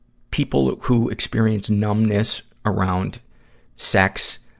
people who experience numbness around sex,